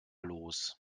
los